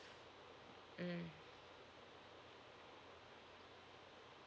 mm